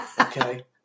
Okay